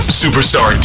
superstar